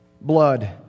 blood